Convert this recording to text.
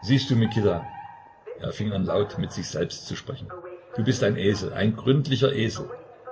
siehst du mikita er fing an laut mit sich selbst zu sprechen du bist ein esel ein gründlicher esel